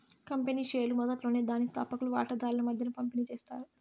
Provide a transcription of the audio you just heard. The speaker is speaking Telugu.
కంపెనీ షేర్లు మొదట్లోనే దాని స్తాపకులు వాటాదార్ల మద్దేన పంపిణీ చేస్తారు